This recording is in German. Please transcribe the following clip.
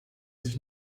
sich